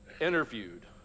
Interviewed